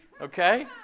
Okay